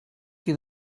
qui